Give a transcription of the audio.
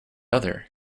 other